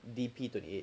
D_P twenty eight